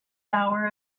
hour